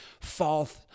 false